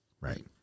Right